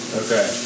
okay